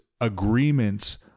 agreements